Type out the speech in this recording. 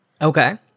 Okay